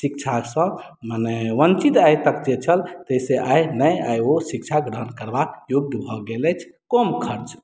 शिक्षासँ मने वञ्चित आइ तक जे छल से आइ नहि आइ ओ शिक्षा ग्रहण करबा योग्य भऽ गेल अछि कम खर्चमे